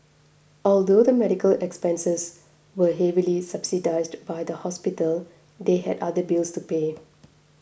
although the medical expenses were heavily subsidised by the hospital they had other bills to pay